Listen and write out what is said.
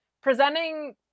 presenting